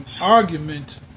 argument